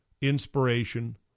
inspiration